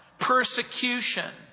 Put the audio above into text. persecution